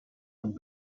und